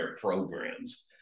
programs